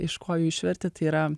iš kojų išvertė tai yra